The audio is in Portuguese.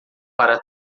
para